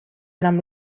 enam